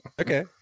Okay